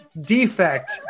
defect